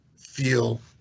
feel